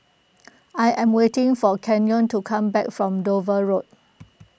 I am waiting for Kenyon to come back from Dover Road